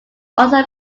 also